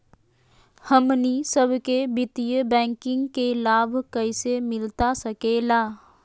हमनी सबके वित्तीय बैंकिंग के लाभ कैसे मिलता सके ला?